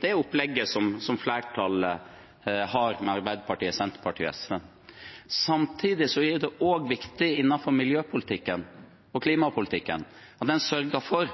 det opplegget som flertallet har med Arbeiderpartiet, Senterpartiet og SV. Samtidig er det viktig innenfor miljø- og klimapolitikken at man sørger for